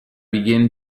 begin